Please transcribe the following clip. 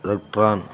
retro